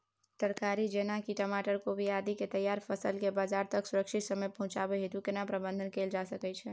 तरकारी जेना की टमाटर, कोबी आदि के तैयार फसल के बाजार तक सुरक्षित समय पहुँचाबै हेतु केना प्रबंधन कैल जा सकै छै?